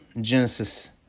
Genesis